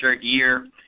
year